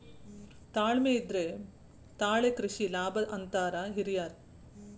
ತಾಳ್ಮೆ ಇದ್ರೆ ತಾಳೆ ಕೃಷಿ ಲಾಭ ಅಂತಾರ ಹಿರ್ಯಾರ್